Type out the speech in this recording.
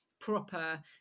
proper